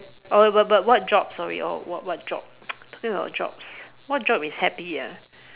oh but but but what job sorry oh what job talking about jobs what job is happy ah